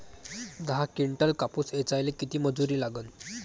दहा किंटल कापूस ऐचायले किती मजूरी लागन?